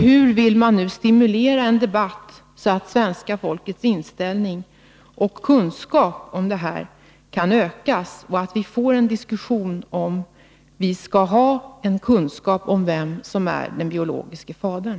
Hur vill man stimulera en debatt som gör att svenska folkets kunskap om detta ökas och en diskussion om huruvida barn skall ha rätt till kunskap om vem som är den biologiske fadern?